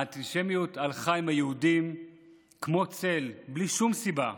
האנטישמיות הלכה עם היהודים כמו צל, בלי שום סיבה.